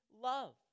love